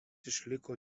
išliko